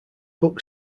brook